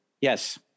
Yes